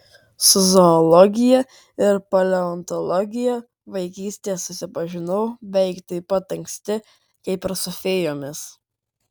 su zoologija ir paleontologija vaikystėje susipažinau beveik taip pat anksti kaip ir su fėjomis